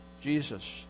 Jesus